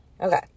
okay